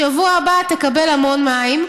בשבוע הבא תקבל המון מים,